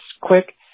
quick